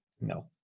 no